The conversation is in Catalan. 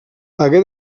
hagué